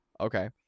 Okay